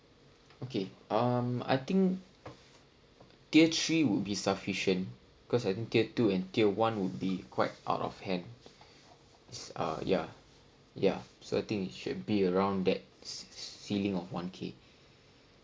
okay um I think tier three would be sufficient because I think tier two and tier one would be quite out of hand s~ ya ya so I think it should be around that cei~ ceiling of one K